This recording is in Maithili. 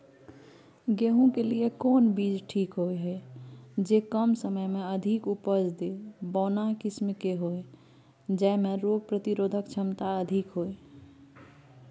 गेहूं के लिए कोन बीज ठीक होय हय, जे कम समय मे अधिक उपज दे, बौना किस्म के होय, जैमे रोग प्रतिरोधक क्षमता अधिक होय?